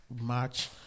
March